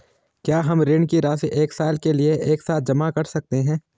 क्या हम ऋण की राशि एक साल के लिए एक साथ जमा कर सकते हैं?